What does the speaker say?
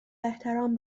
احترام